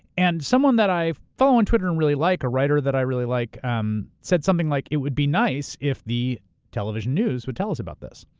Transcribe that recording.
and someone that i follow on twitter and really like, a writer that i really like, um said something like, it would be nice if the television news would tell us about this.